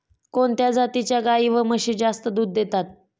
कोणत्या जातीच्या गाई व म्हशी जास्त दूध देतात?